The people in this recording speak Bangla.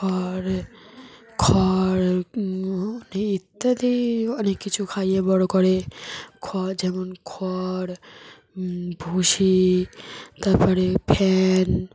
খড় খড় ইত্যাদি অনেক কিছু খাইয়ে বড় করে খড় যেমন খড় ভুসি তার পরে ফ্যান